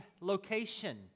location